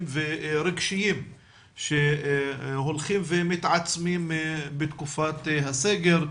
ורגשיים שהולכים ומתעצמים בתקופת הסגר,